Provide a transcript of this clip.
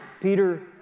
Peter